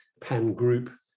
pan-group